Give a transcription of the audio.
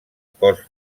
cos